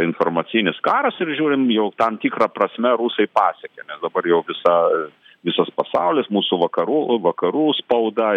informacinis karas ir žiūrim jau tam tikra prasme rusai pasiekė dabar jau visa visas pasaulis mūsų vakarų vakarų spauda